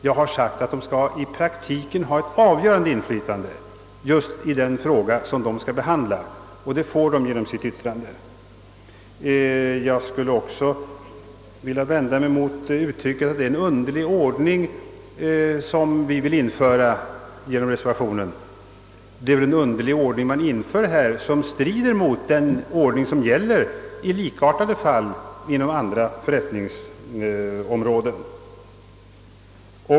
Jag har velat gå längre och anser, att byggnadsnämnden i praktiken skall ha ett avgörande inflytande, och det får nämnden genom sitt yttrande. Herr Levin anser vidare att vi reservanter vill införa en underlig ordning. Men det är väl en ännu mer underlig ordning som utskottet vill införa; den strider mot den ordning som gäller i likartade fall inom andra förrättningsområden.